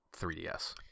3DS